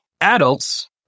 Adults